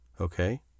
Okay